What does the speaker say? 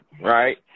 right